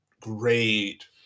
Great